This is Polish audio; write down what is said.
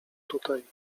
tutaj